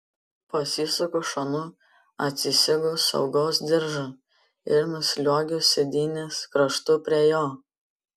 pasisuku šonu atsisegu saugos diržą ir nusliuogiu sėdynės kraštu prie jo